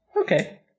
Okay